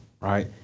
right